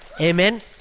Amen